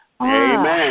Amen